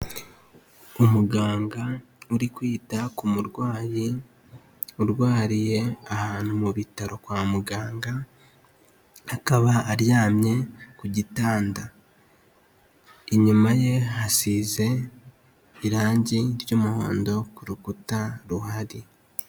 Umuganga uri kwita ku murwayi urwariye ahantu mu bitaro kwa muganga akaba aryamye ku gitanda, inyuma ye hasize irangi ry'umuhondo ku rukuta ruhari.